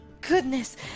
goodness